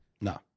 No